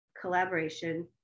collaboration